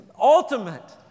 ultimate